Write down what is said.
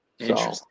Interesting